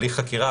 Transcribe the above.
הליך חקירה,